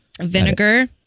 Vinegar